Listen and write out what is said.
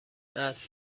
عصر